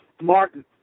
Martin